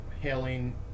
hailing